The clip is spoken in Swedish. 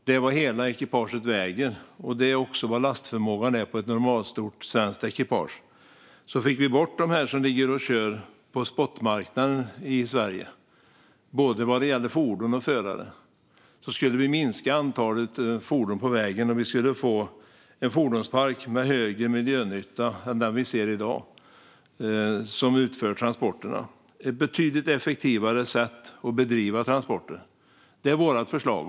Det är vad hela ekipaget väger, och det är också vad lastförmågan är på ett normalstort svenskt ekipage. Om vi får bort dem som ligger och kör på spotmarknaden i Sverige - både fordon och förare - skulle vi minska antalet fordon på vägen och få en fordonspark med högre miljönytta än den som vi i dag ser hos dem som utför transporterna. Detta är ett betydligt effektivare sätt att bedriva transporter, och det är vårt förslag.